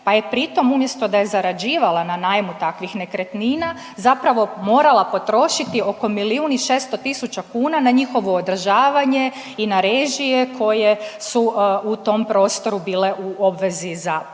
pa je pritom umjesto da je zarađivala na najmu takvih nekretnina zapravo morala potrošiti oko milijun i 600 000 kuna na njihovo održavanje i na režije koje su u tom prostoru bile u obvezi za